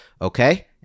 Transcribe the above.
Okay